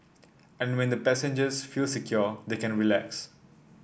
and when the passengers feel secure they can relax